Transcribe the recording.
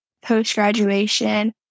post-graduation